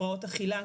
הפרעות אכילה,